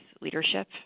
leadership